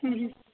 ಹ್ಞ್ ಹ್ಞ್